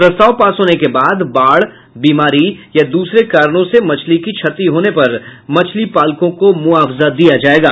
प्रस्ताव पास होने के बाद बाढ़ बीमारी या दूसरे कारणों से मछली की क्षति होने पर मछली पालकों को मुआवजा दिया जायेगा